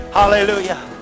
hallelujah